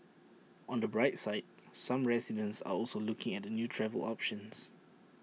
on the bright side some residents are also looking at new travel options